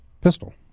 pistol